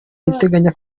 irateganya